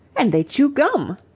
and they chew gum.